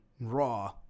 Raw